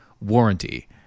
warranty